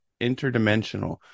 interdimensional